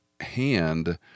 hand